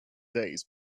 days